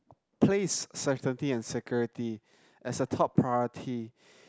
place safety and security as the top priority